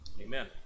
Amen